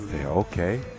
okay